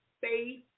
faith